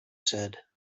said